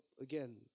again